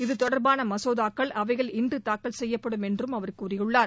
இத்தொடர்பான மசோதாக்கள் அவையில் இன்று தாக்கல் செய்யப்படும் என்றும் அவர் கூறியுள்ளார்